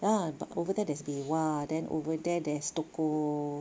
ah but over there there's dewa over there there's toko